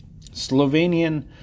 Slovenian